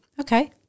Okay